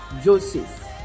joseph